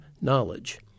knowledge